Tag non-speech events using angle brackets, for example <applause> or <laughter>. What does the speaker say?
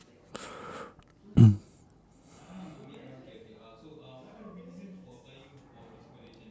<coughs>